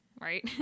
Right